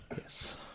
yes